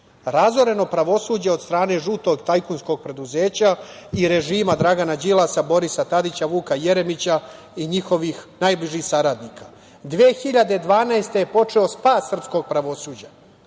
razoreno pravosuđe od strane žutog tajkunskog preduzeća i režima Dragana Đilasa, Borisa Tadića, Vuka Jeremića i njihovih najbližih saradnika. Godine 2012. je počeo spas srpskog pravosuđa